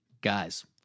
Guys